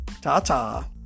Ta-ta